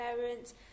parents